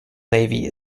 navy